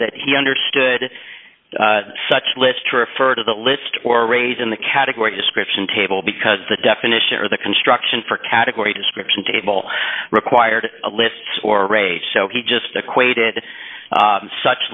that he understood such list to refer to the list or raise in the category description table because the definition of the construction for category description table required a list or rage so he just equated such